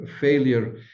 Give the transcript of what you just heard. failure